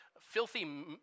Filthy